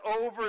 over